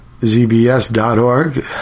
zbs.org